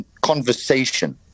conversation